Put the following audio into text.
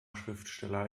schriftsteller